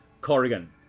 Corrigan